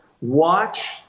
watch